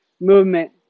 movement